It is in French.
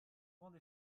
grande